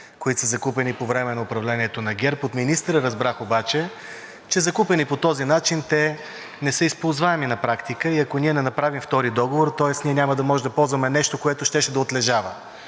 които са закупени по време на управлението на ГЕРБ? От министъра разбрах обаче, че закупени по този начин, те не са използваеми на практика и ако ние не направим втори договор, ние няма да ползваме нещо, което щеше да отлежава.